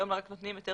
היום רק נותנים היתר